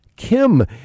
Kim